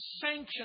sanction